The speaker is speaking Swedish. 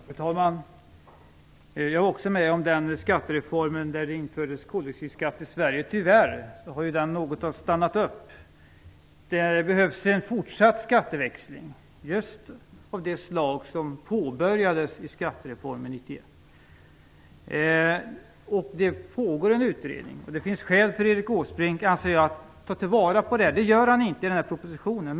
Fru talman! Jag var också med om den skattereformen, då det infördes koldioxidskatt i Sverige. Tyvärr har den stannat upp. Det behövs en fortsatt skatteväxling just av det slag som påbörjades i skattereformen 1991. Det pågår en utredning, och jag tycker det finns skäl för Erik Åsbrink att ta vara på det. Det gör han inte i den här propositionen.